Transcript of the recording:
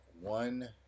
One